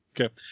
Okay